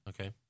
Okay